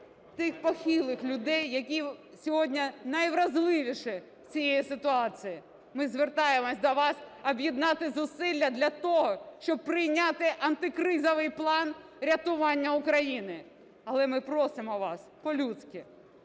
тих похилих людей, які сьогодні найвразливіші у цій ситуації. Ми звертаємося до вас – об'єднати зусилля для того, щоб прийняти антикризовий план рятування України. Але ми просимо вас по?людськи: